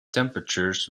temperatures